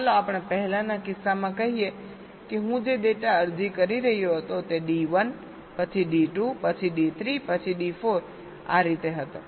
ચાલો આપણે પહેલાના કિસ્સામાં કહીએ કે હું જે ડેટા અરજી કરી રહ્યો હતો તે D1 પછી D2 પછી D3 પછી D4 આ રીતે હતો